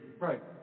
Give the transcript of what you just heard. right